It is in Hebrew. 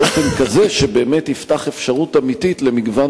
באופן כזה שבאמת תיפתח אפשרות אמיתית למגוון